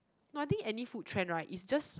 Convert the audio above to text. no I think any food trend right is just